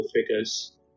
figures